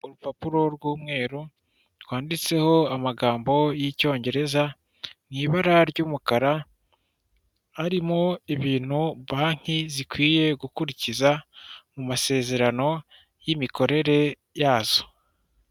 Urupapuro rw'umweru rwanditseho amagambo y'icyongereza mu ibara ry'umukara, harimo ibintu banki zikwiye gukurikiza mu masezerano y'imikorere yazo.